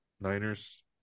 Niners